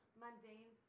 mundane